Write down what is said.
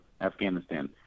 Afghanistan